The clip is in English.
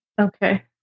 Okay